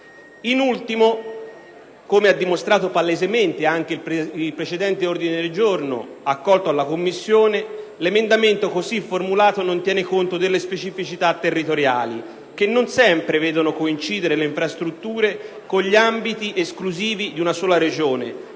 In ultimo, come ha dimostrato palesemente anche il precedente ordine del giorno accolto dalla Commissione, l'emendamento così formulato non tiene conto delle specificità territoriali, che non sempre vedono coincidere le infrastrutture con gli ambiti esclusivi di una sola Regione,